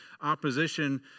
opposition